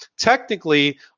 Technically